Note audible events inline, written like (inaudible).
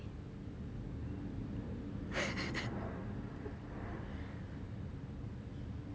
(laughs)